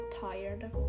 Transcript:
tired